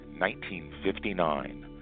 1959